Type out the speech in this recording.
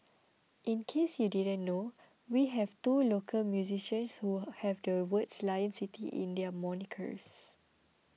in case you didn't know we have two local musicians who have the words 'Lion City' in their monikers